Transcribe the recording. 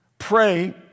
Pray